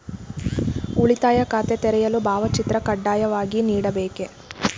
ಉಳಿತಾಯ ಖಾತೆ ತೆರೆಯಲು ಭಾವಚಿತ್ರ ಕಡ್ಡಾಯವಾಗಿ ನೀಡಬೇಕೇ?